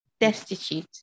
destitute